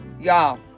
Y'all